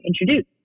introduce